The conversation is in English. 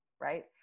right